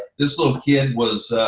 this little kid was